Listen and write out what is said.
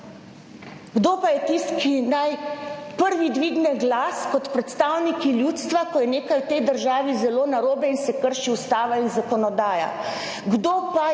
Kdo pa je tisti, ki naj prvi dvigne glas kot predstavniki ljudstva, ko je nekaj v tej državi zelo narobe in se krši Ustava in zakonodaja?